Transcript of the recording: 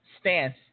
stance